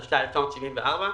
התשל"ה-1974,